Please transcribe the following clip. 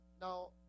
Now